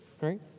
Right